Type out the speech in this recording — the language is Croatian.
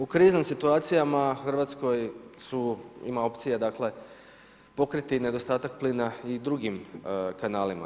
U kriznim situacijama Hrvatskoj su, ima opcije dakle pokriti nedostatak plina i drugim kanalima.